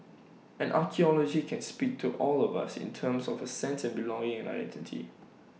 and archaeology can speak to all of us in terms of A sense of belonging and identity